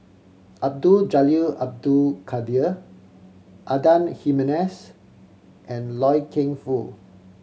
Abdul Jalil Abdul Kadir Adan Jimenez and Loy Keng Foo